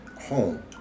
home